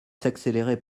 s’accélérer